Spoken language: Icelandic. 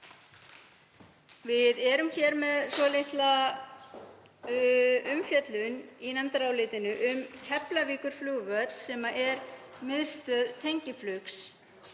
Við erum með dálitla umfjöllun í nefndarálitinu um Keflavíkurflugvöll sem er miðstöð tengiflugs.